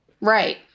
Right